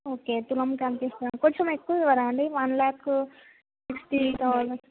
okay తులంకి ఎంతిస్తారు కొంచెం ఎక్కువ ఇవ్వరా అండి వన్ ల్యాక్ సిక్స్టీ థౌజండ్